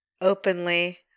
Openly